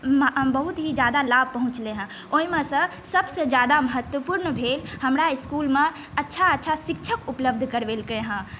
बहुत ही ज्यादा लाभ पहुँचलै हँ ओहिमे सँ सभसँ ज्यादा महत्वपुर्ण भेल हमरा इस्कुलमे अच्छा अच्छा शिक्षक उपलब्ध करवेलकै हँ